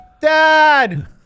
Dad